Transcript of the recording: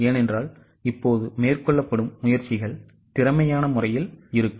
ஏனென்றால் இப்போது மேற்கொள்ளப்படும் முயற்சிகள் திறமையானமுறையில் இருக்கும்